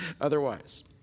otherwise